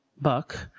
buck